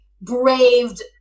braved